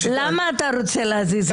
למה אתה רוצה להזיז את חנוך לידי?